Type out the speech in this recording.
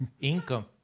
income